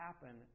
happen